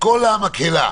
שכל המקהלה,